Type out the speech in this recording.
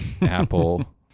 Apple